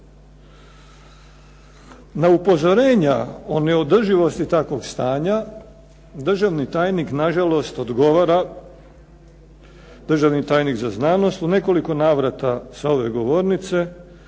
Na upozorenja o neodrživosti takvog stanja državni tajnik nažalost odgovara, državni tajnik za znanost, u nekoliko navrata sa ove govornice